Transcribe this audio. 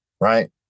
right